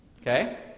Okay